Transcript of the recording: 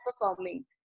performing